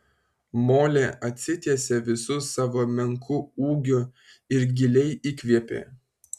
molė atsitiesė visu savo menku ūgiu ir giliai įkvėpė